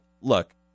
Look